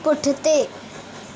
पुठिते